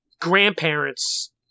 grandparents